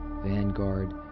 Vanguard